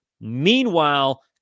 Meanwhile